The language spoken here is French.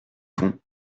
fond